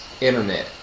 internet